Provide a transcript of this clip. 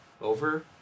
over